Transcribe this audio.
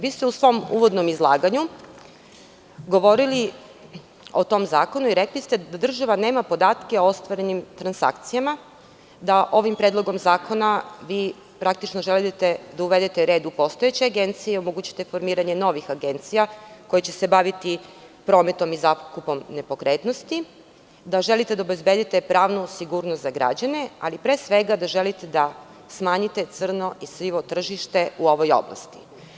Vi ste u svom uvodnom izlaganju govorili o tom zakonu i rekli ste da država nema podatke o ostvarenim transakcijama, da ovim predlogom zakona vi, praktično, želite da uvedete red u postojeće agencije i omogućite formiranje novih agencija koje će se baviti prometom i zakupom nepokretnosti, da želite da obezbedite pravnu sigurnost za građane, ali pre svega da želite da smanjite crno i sivo tržište u ovoj oblasti.